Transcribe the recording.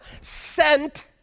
sent